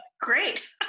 Great